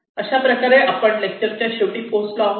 अशाप्रकारे आपण आपल्या लेक्चरच्या शेवटी पोहोचलो आहोत